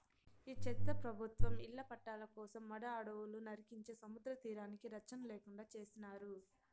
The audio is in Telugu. ఈ చెత్త ప్రభుత్వం ఇళ్ల పట్టాల కోసం మడ అడవులు నరికించే సముద్రతీరానికి రచ్చన లేకుండా చేసినారు